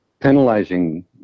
penalizing